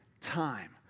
time